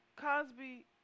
Cosby